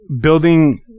building